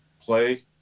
play